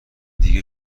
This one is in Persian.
دیگه